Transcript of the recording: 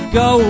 go